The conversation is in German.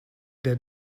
der